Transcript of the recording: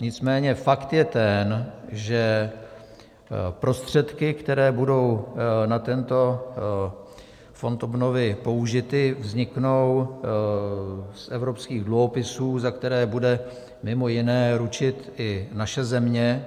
Nicméně fakt je ten, že prostředky, které budou na tento fond obnovy použity, vzniknou z evropských dluhopisů, za které bude mj. ručit i naše země.